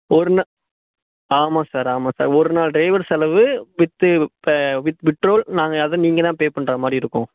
ஒரு நாள் ஆமாம் சார் ஆமாம் சார் ஒருநாள் டிரைவர் செலவு வித் பே பெட்ரோல் அதை நீங்கள்தான் பே பண்ணுற மாதிரி இருக்கும்